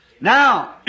Now